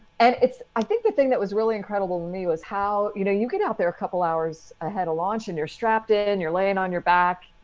and it's i think the thing that was really incredible to me was how, you know, you get out there a couple hours ahead, a launch in your strapped in and you're laying on your back.